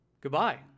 Goodbye